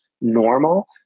normal